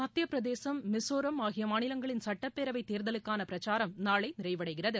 மத்தியப்பிரதேசம் மிசோராம் ஆகிய மாநிலங்களின் சுட்டப்பேரவை தேர்தல்களுக்கான பிரச்சாரம் நாளை நிறைவடைகிறது